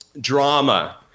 Drama